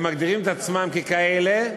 הם מגדירים את עצמם ככאלה.